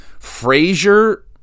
Frazier